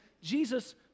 Jesus